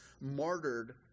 martyred